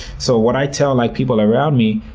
so what i tell like people around me,